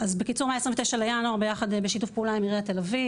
מה-29 בינואר בשיתוף פעולה עם עיריית תל אביב